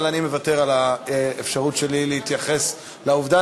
אבל אני מוותר על האפשרות שלי להתייחס לעובדה.